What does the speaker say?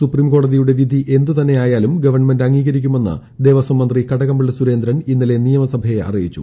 സുപ്രീംകോടതിയുടെ വിധി എന്തുതന്നെയായാലും ഗവൺമെന്റ് അംഗീകരിക്കുമെന്ന് മന്ത്രി കടകംപള്ളി സുരേന്ദ്രൻ ഇന്നലെ നിയമസഭയെ അറിയിച്ചു